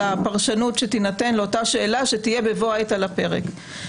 הפרשנות שתינתן לאותה שאלה שתהיה בבוא העת על הפרק.